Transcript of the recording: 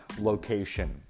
location